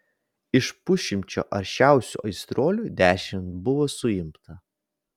iš pusšimčio aršiausių aistruolių dešimt buvo suimta